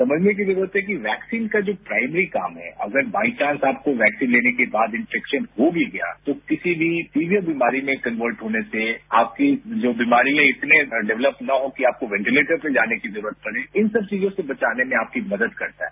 समझने की जरूरत है कि वैक्सीन का जो प्राइमरी काम है अगर बाइचांस आपको वैक्सीन लेने के बाद इनेफेक्शन हो भी गया तो किसी भी सीवियर बीमारी में कन्वर्ट होने से आपके जो बीमारियां इतने डेवलप न हो कि आपको वेंटिलेटर पर जाने की जरूरत पड़े इन सब चीजों से बचाने में आपकी मदद करता है